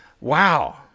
Wow